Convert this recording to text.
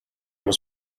was